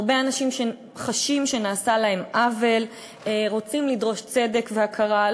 הרבה אנשים שחשים שנעשה להם עוול רוצים לדרוש צדק והכרה.